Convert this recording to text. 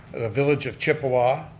the village of chippewa,